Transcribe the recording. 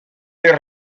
des